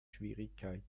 schwierigkeiten